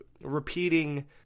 repeating